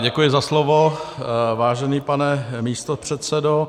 Děkuji za slovo, vážený pane místopředsedo.